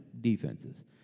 defenses